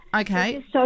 Okay